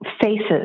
faces